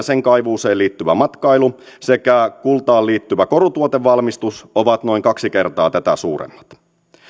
sen kaivuuseen liittyvä matkailu sekä kultaan liittyvä korutuotevalmistus ovat noin kaksi kertaa tätä suuremmat